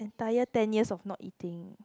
entire ten years of not eating